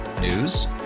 News